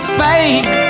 fake